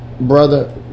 Brother